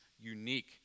unique